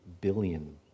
billion